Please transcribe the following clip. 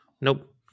nope